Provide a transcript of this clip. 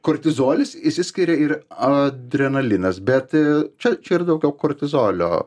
kortizolis išsiskiria ir adrenalinas bet čia čia yra daugiau kortizolio